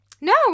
No